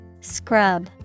Scrub